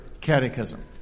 Catechism